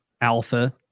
Alpha